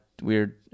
weird